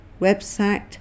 website